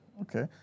okay